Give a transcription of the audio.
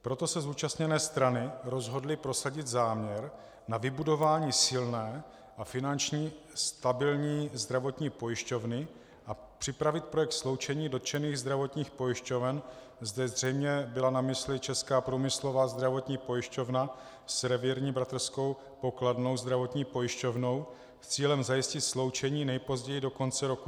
Proto se zúčastněné strany rozhodly prosadit záměr na vybudování silné a finančně stabilní zdravotní pojišťovny a připravit projekt sloučení dotčených zdravotních pojišťoven zde zřejmě byla na mysli Česká průmyslová zdravotní pojišťovna s Revírní bratrskou pokladnou, zdravotní pojišťovnou, s cílem zajistit sloučení nejpozději do konce roku 2015.